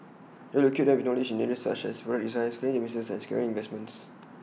IT will equip them with knowledge in areas such as where design scaling their businesses and securing investments